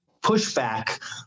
pushback